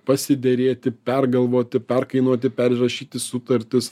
pasiderėti pergalvoti perkainuoti perrašyti sutartis